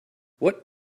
what